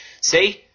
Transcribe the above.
see